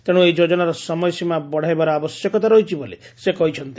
ତେଶୁ ଏହି ଯୋଜନାର ସମୟ ସୀମା ବଡ଼ାଇବାର ଆବଶ୍ୟକତା ରହିଛି ବୋଲି ସେ କହିଛନ୍ତି